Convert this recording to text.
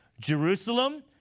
Jerusalem